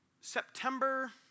September